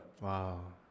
Wow